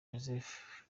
joseph